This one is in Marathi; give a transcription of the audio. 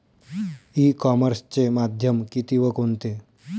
ई कॉमर्सचे माध्यम किती व कोणते?